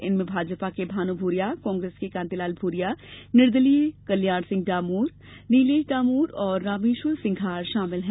इनमें भाजपा के भानु भूरिया कांग्रेस के कांतिलाल भूरिया निर्दलीय कल्याण सिंह डामोर नीलेश डामोर और रामेश्वर सिंघार शामिल हैं